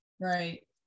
Right